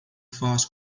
faz